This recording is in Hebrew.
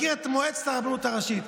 מכיר את מועצת הרבנות הראשית.